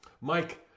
Mike